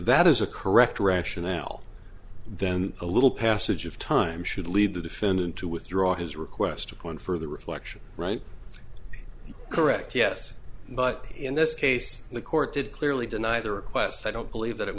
that is a correct rationale then a little passage of time should lead the defendant to withdraw his request to confer the reflection right correct yes but in this case the court did clearly deny the request i don't believe that it